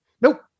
Nope